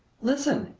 listen!